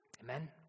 Amen